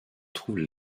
trouve